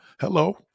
Hello